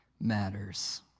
matters